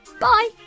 bye